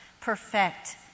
perfect